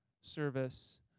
service